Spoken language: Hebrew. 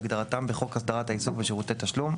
כהגדרתם בחוק הסדרת העיסוק בשירותי תשלום,